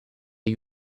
gli